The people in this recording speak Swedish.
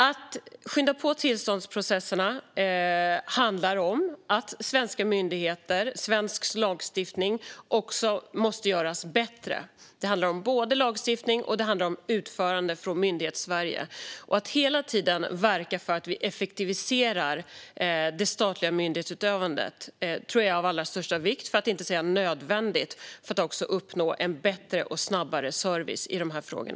Att skynda på tillståndsprocesserna handlar om att svenska myndigheter och svensk lagstiftning måste göras bättre. Det handlar om både lagstiftning och utförande från Myndighetssverige. Att vi hela tiden verkar för att effektivisera det statliga myndighetsutövandet tror jag är av allra största vikt, för att inte säga nödvändigt, för att uppnå en bättre och snabbare service i dessa frågor.